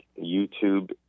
YouTube